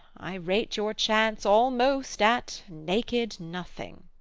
i rate your chance almost at naked nothing